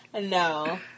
No